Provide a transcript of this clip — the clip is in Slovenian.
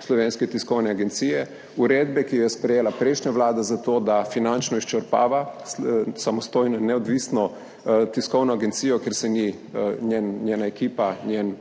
Slovenske tiskovne agencije, uredbe, ki jo je sprejela prejšnja vlada zato, da finančno izčrpava samostojno in neodvisno tiskovno agencijo, ker se njena ekipa, njen